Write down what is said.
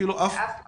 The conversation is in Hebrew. באף מעון.